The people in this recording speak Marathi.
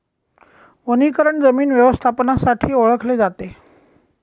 वनीकरण जमीन व्यवस्थापनासाठी ओळखले जाते